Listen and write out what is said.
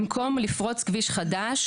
במקום לפרוץ כביש חדש,